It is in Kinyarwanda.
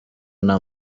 nta